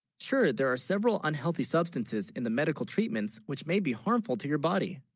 sure there are several unhealthy substances in the medical treatments, which may be harmful to your body